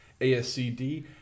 ASCD